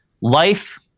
life